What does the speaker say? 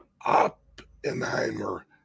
Oppenheimer